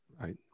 right